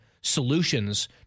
solutions